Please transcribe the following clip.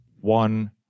one